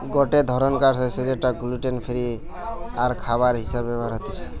গটে ধরণকার শস্য যেটা গ্লুটেন ফ্রি আরখাবার হিসেবে ব্যবহার হতিছে